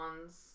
ones